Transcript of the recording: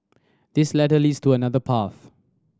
this ladder leads to another path